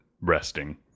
resting